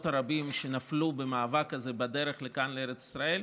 הרבים שנפלו במאבק הזה בדרך לכאן לארץ ישראל,